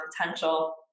potential